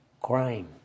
Crime